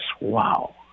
Wow